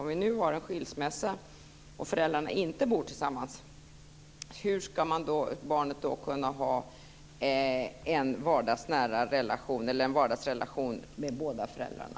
Om nu föräldrarna efter en skilsmässa inte bor tillsammans, hur ska barnet då kunna ha en vardagsrelation med båda föräldrarna?